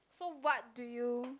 so what do you